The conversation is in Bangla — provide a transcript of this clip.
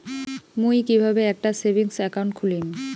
মুই কিভাবে একটা সেভিংস অ্যাকাউন্ট খুলিম?